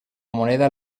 moneda